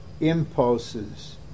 Impulses